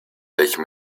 welchen